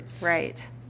Right